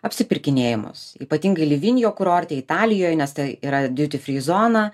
apsipirkinėjimus ypatingai livinjo kurorte italijoj nes tai yra duty free zona